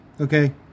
Okay